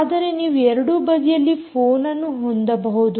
ಆದರೆ ನೀವು ಎರಡೂ ಬದಿಯಲ್ಲಿ ಫೋನ್ಅನ್ನು ಹೊಂದಬಹುದು